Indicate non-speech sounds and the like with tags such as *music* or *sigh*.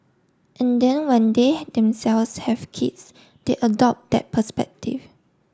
and then when they *unintelligible* themselves have kids they adopt that perspective